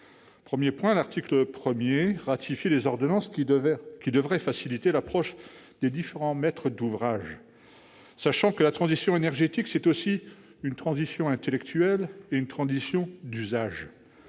1, dont l'objet est de ratifier des ordonnances qui devraient faciliter l'approche des différents maîtres d'ouvrage, sachant que la transition énergétique, c'est aussi une transition intellectuelle et une transition d'usage.